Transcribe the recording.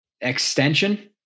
Extension